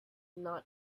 not